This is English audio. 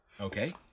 Okay